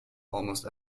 almost